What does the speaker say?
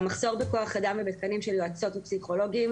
המחסור בכוח אדם ובתקנים של יועצות ופסיכולוגים